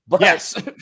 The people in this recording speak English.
Yes